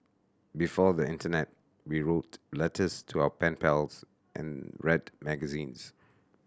before the internet we wrote letters to our pen pals and read magazines